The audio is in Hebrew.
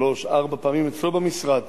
שלוש, ארבע פעמים, אצלו במשרד.